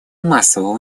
массового